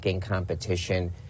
competition